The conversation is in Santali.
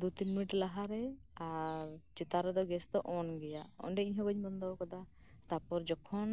ᱫᱩ ᱛᱤᱱ ᱢᱤᱱᱤᱴ ᱞᱟᱦᱟᱨᱮ ᱪᱮᱛᱟᱱ ᱨᱮᱫᱚ ᱜᱮᱥ ᱫᱚ ᱚᱱ ᱜᱮᱭᱟ ᱚᱱᱰᱮᱧ ᱤᱧᱦᱚᱸ ᱵᱟᱹᱧ ᱵᱚᱱᱫᱚ ᱠᱟᱫᱟ ᱛᱚᱠᱷᱚᱱ